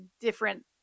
different